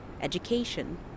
education